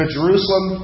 Jerusalem